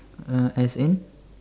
uh as in